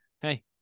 hey